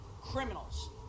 criminals